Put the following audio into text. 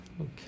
Okay